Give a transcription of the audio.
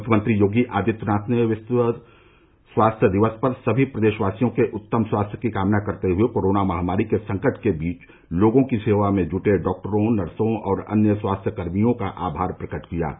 मुख्यमंत्री योगी आदित्यनाथ ने विश्व स्वास्थ्य दिवस पर सभी प्रदेशवासियों के उत्तम स्वास्थ्य की कामना करते हुए कोरोना महामारी के संकट के बीच लोगों की सेवा में जुटे डॉक्टरों नर्सों और अन्य स्वास्थ्यकर्मियों का आभार प्रकट किया है